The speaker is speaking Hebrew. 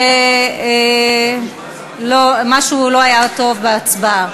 שכן משהו לא היה טוב בהצבעה.